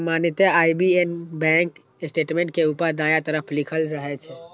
सामान्यतः IBAN bank statement के ऊपर दायां तरफ लिखल रहै छै